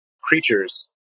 creatures